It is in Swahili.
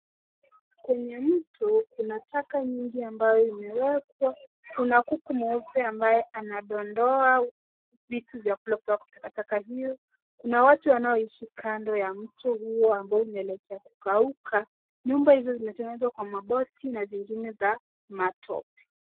Kwenye mto, kuna taka nyingi ambazo zimewekwa. Kuna kuku mweupe ambaye anadondoa vitu vya kula kutoka kwa takataka hiyo. Kuna watu wanaoishi kando ya mto huo ambayo imeelekea kukauka. Nyumba hizo zimetengenezwa kwa mabati na zingine za matope.